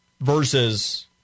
versus